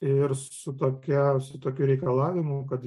ir su tokia su tokiu reikalavimu kad